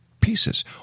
pieces